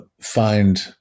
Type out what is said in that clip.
find